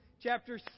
chapter